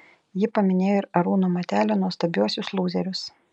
ji paminėjo ir arūno matelio nuostabiuosius lūzerius